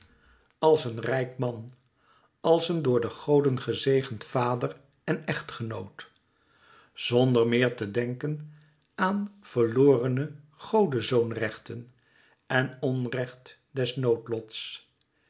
als een rijk man als een door de goden gezegend vader en echtgenoot zonder meer te denken aan verlorene godezoonrechten en onrecht